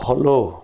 follow